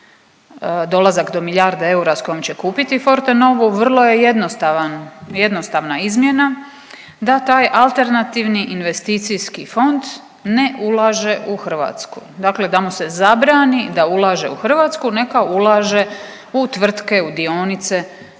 dolazak do milijardu eura s kojom će kupiti Fortenovu, vrlo je jednostavan, jednostavna izmjena da taj AIF ne ulaže u Hrvatsku, dakle da mu se zabrani da ulaže u Hrvatsku, neka ulaže u tvrtke, u dionice van Hrvatske,